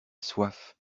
soif